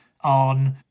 on